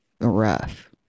Rough